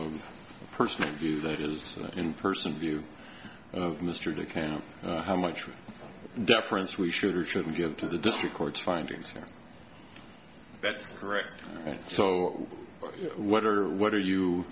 of personal view that is in person view of mr de camp how much deference we should or shouldn't give to the district court's findings that's correct so what are what are you